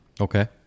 Okay